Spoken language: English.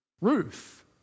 Ruth